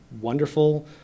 wonderful